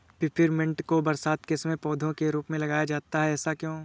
Peppermint को बरसात के समय पौधे के रूप में लगाया जाता है ऐसा क्यो?